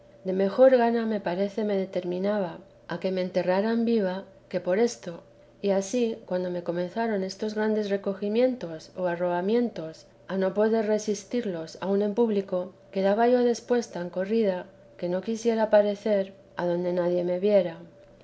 de mejor gana me parece me determinaba a que me enterraran viva que por esto y ansí cuando me comenzaron estos grandes recogimientos o arrobamientos a no poder resistirlos aun en público quedaba yo después tan corrida que no quisiera parecer adonde nadie me viera